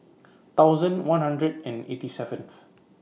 thousand one hundred and eighty seventh